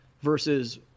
versus